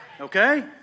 Okay